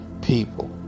people